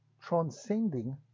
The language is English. transcending